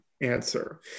answer